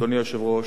אדוני היושב-ראש,